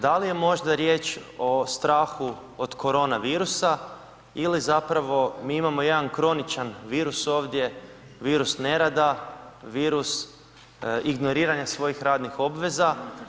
Da li je možda riječ o strahu od korona virusa ili zapravo mi imamo jedan kroničan virus ovdje, virus nerada, virus ignoriranja svojih radnih obveza?